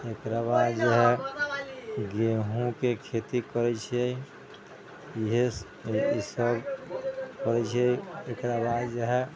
तेकरा बाद जे हइ गेंहूॅंके खेती करै छियै इहै ईसभ करै छियै तेकरा बाद जे हइ